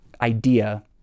idea